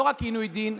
לא רק עינויי דין,